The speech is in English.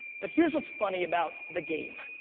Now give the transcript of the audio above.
but here's what's funny about the game.